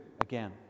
again